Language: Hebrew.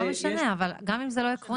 זה לא משנה אבל, גם אם זה לא עקרוני.